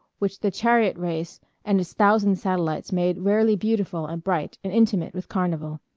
which the chariot race and its thousand satellites made rarely beautiful and bright and intimate with carnival.